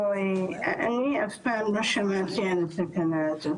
אני אף פעם לא שמעתי על התקנה הזאת.